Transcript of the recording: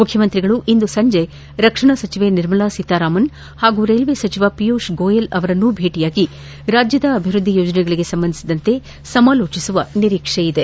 ಮುಖ್ಯಮಂತ್ರಿಗಳು ಇಂದು ಸಂಜೆ ರಕ್ಷಣಾ ಸಚಿವೆ ನಿರ್ಮಾಲ ಸೀತಾರಾಮನ್ ಹಾಗೂ ರೈಲ್ವೆ ಸಚಿವ ವಿಯೂಷ್ ಗೊಯಲ್ ಅವರನ್ನೂ ಭೇಟಿಯಾಗಿ ರಾಜ್ಯದ ಅಭಿವೃದ್ದಿ ಯೋಜನೆಗಳಿಗೆ ಸಂಬಂಧಿಸಿದಂತೆ ಸಮಾಲೋಚಿಸುವ ನಿರೀಕ್ಷೆ ಇದೆ